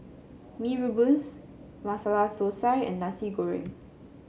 Mee Rebus Masala Thosai and Nasi Goreng